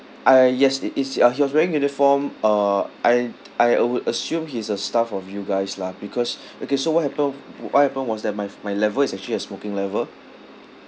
uh yes it is uh he was wearing uniform uh I I uh would assume he's a staff of you guys lah because okay so what happened what happened was that my f~ my level is actually a smoking level